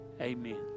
Amen